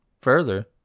further